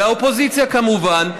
והאופוזיציה כמובן,